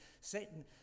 Satan